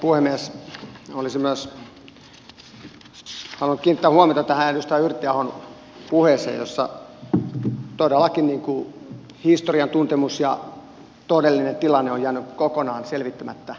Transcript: olisin myös halunnut kiinnittää huomiota tähän edustaja yrttiahon puheeseen jossa todellakin historian tuntemus ja todellinen tilanne ovat jääneet kokonaan selvittämättä